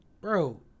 bro